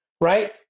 Right